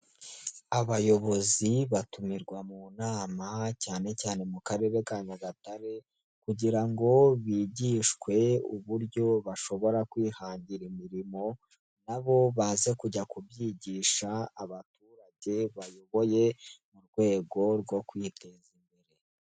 Abayobozi batumirwa mu nama cyane cyane mu karere ka Nyagatare, kugira ngo bigishwe uburyo bashobora kwihangira imirimo, nabo baze kujya kubyigisha abaturage bayoboye, mu rwego rwo kwiteza imbere.